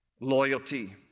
loyalty